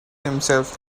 himself